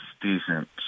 decent